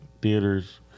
theaters